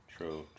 True